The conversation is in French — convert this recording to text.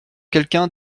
quelqu’un